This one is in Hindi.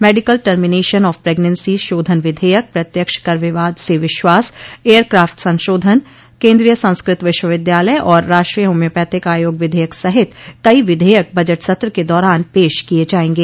मेडिकल टर्मिनेशन ऑफ प्रगनेंसी शोधन विधेयक प्रत्यक्ष कर विवाद से विश्वास एयरक्राफ्ट संशोधन केन्द्रीय संस्कृत विश्वविद्यालय और राष्ट्रीय होम्योपेथिक आयोग विधेयक सहित कई विधेयक बजट सत्र के दौरान पेश किए जाएंगे